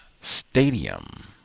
Stadium